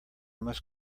must